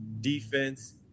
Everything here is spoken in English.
defense